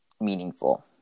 meaningful